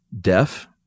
deaf